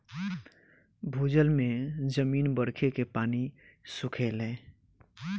भूजल में जमीन बरखे के पानी सोखेले